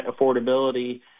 affordability